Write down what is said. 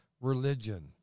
religion